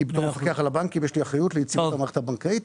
כמפקח על הבנקים יש לי אחריות ליציבות המערכת הבנקאית.